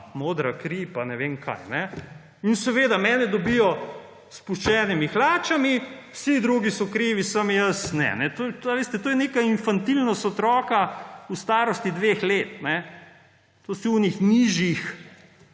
Modra kri pa ne vem kaj. In seveda, mene dobijo s spuščenimi hlačami, vsi drugi so krivi, samo jaz ne. Veste, to je neka infantilnost otroka v starosti dveh let. To si je v tistih nižjih